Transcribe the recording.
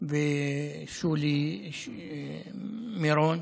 ושלי מירון.